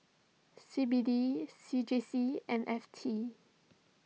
C B D C J C and F T